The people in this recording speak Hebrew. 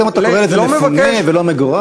פתאום אתה קורא לזה "מפונה" ולא "מגורש"?